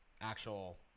actual